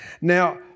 Now